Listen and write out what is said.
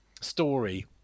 story